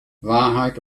wahrheit